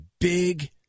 big